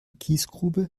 kiesgrube